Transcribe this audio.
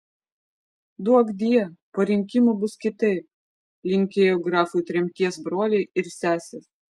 duokdie po rinkimų bus kitaip linkėjo grafui tremties broliai ir sesės